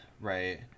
right